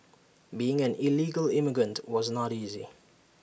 being an illegal immigrant was not easy